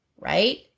right